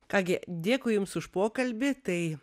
ką gi dėkui jums už pokalbį tai